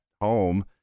home